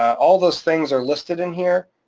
all those things are listed in here,